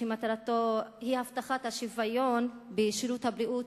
שמטרתו היא הבטחת השוויון בשירותי בריאות,